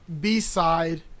B-side